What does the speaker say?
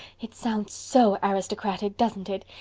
it sounds so aristocratic, doesn't it?